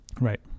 Right